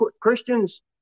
Christians